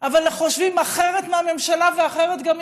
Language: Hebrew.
אבל חושבים אחרת מהממשלה, ואחרת גם ממני.